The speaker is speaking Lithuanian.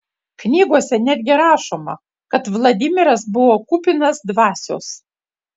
knygose netgi rašoma kad vladimiras buvo kupinas dvasios